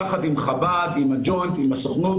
יחד עם חב"ד ועם הג'וינט ועם הסוכנות,